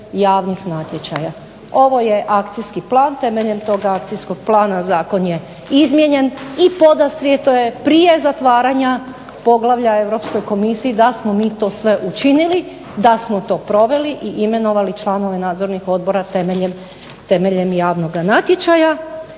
javnih natječaja". Ovo je akcijski plan, temeljem toga akcijskog plana zakon je izmijenjen i podastrijeto je prije zatvaranja poglavlja Europskoj komisiji da smo sve učinili, da smo to proveli i imenovali članove nadzornih odbora temeljem javnog natječaja